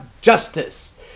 justice